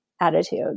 attitude